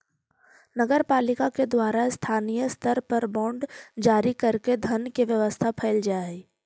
नगर पालिका के द्वारा स्थानीय स्तर पर बांड जारी कईके धन के व्यवस्था कैल जा हई